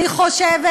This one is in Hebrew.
אני חושבת